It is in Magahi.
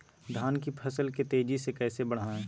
धान की फसल के तेजी से कैसे बढ़ाएं?